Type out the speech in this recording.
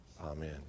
Amen